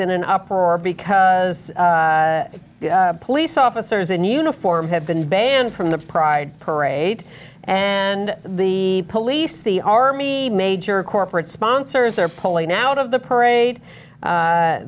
in an uproar because police officers in uniform have been banned from the pride parade and the police the army major corporate sponsors are pulling out of the parade